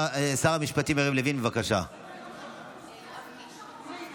שר המשפטים יריב לוין, בבקשה לא נמצא.